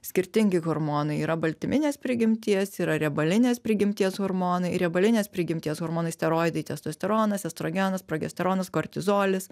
skirtingi hormonai yra baltyminės prigimties yra riebalinės prigimties hormonai riebalinės prigimties hormonai steroidai testosteronas estrogenas progesteronas kortizolis